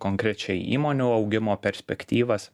konkrečiai įmonių augimo perspektyvas